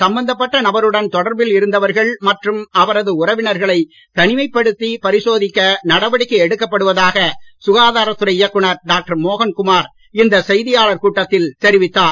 சம்பந்தப்பட்ட நபருடன் தொடர்பில் இருந்தவர்கள் மற்றும் அவரது உறவினர்களை தனிமைப் படுத்தி பரிசோதிக்க நடவடிக்கை எடுக்கப்படுவதாக சுகாதாரத்துறை இயக்குநர் டாக்டர் மோகன் குமார் இந்த செய்தியாளர் கூட்டத்தில் தெரிவித்தார்